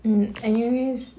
mm anyways